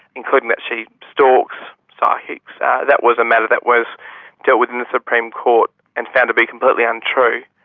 including that she stalks so psychics. that that was a matter that was dealt with in the supreme court and found to be completely untrue.